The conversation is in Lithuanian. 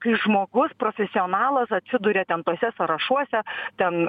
kai žmogus profesionalas atsiduria ten tuose sąrašuose ten